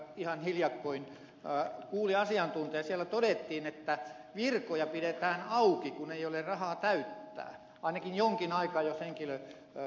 ihan hiljakkoin kuuli asiantuntijoita ja siellä todettiin että virkoja pidetään auki kun ei ole rahaa täyttää ainakin jonkin aikaa jos henkilö eläköityy